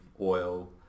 oil